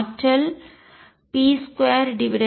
மற்றும் ஆற்றல் p22m